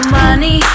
money